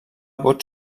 vots